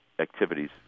activities